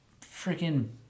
freaking